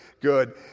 Good